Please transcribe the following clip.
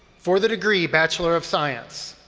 for the degree bachelor of science,